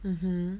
mmhmm